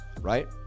right